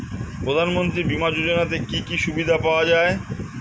প্রধানমন্ত্রী বিমা যোজনাতে কি কি সুবিধা পাওয়া যায়?